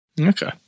Okay